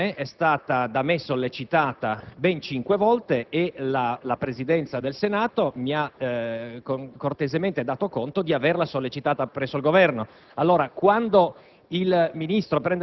suddetta interrogazione è stata da me sollecitata ben cinque volte e la Presidenza del Senato mi ha cortesemente dato conto di averla a sua volta sollecitata presso il Governo. Quando